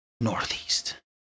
northeast